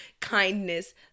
kindness